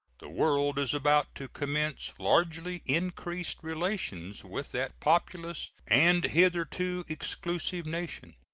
the world is about to commence largely increased relations with that populous and hitherto exclusive nation.